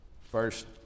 First